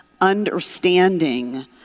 understanding